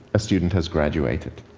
a student has graduated.